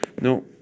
No